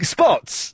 Spots